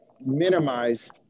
minimize